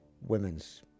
women's